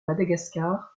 madagascar